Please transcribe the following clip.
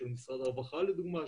של משרד הרווחה לדוגמה,